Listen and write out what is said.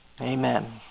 Amen